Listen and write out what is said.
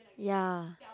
ya